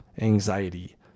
anxiety